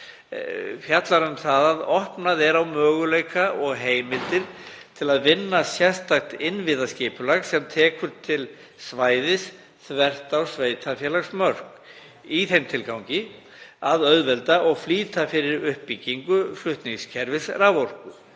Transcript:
fjallar um að opnað verði á möguleika og heimildir til að vinna sérstakt innviðaskipulag sem taki til svæðis þvert á sveitarfélagsmörk í þeim tilgangi að auðvelda og flýta fyrir uppbyggingu flutningskerfis raforku.